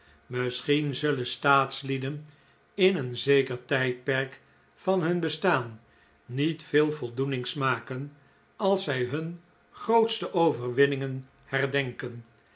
misschien zullen staatslieden in een zeker tijdperk van hun bestaan niet veel voldoening smaken als zij hun grootste overwinningen herdenken